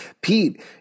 Pete